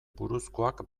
buruzkoak